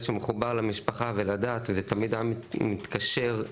שמחובר למשפחה ולדת ותמיד היה מתקשר,